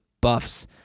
buffs